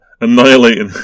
annihilating